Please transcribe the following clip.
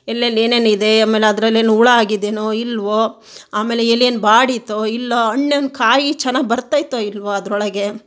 ಎಲ್ಲೆಲ್ಲಿ ಏನೇನಿದೆ ಆಮೇಲೆ ಅದ್ರಲ್ಲಿ ಏನು ಹುಳು ಆಗಿದೇಯೋ ಇಲ್ಲವೋ ಆಮೇಲೆ ಎಲೇನೂ ಬಾಡಿತೋ ಇಲ್ಲೊ ಹಣ್ಣನ್ ಕಾಯಿ ಚೆನ್ನಾಗ್ ಬರ್ತೈತೋ ಇಲ್ಲವೋ ಅದರೊಳಗೆ